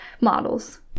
Models